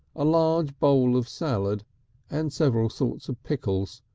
a large bowl of salad and several sorts of pickles,